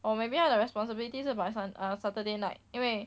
or maybe 他的 responsibility 是 by sun~ uh saturday night 因为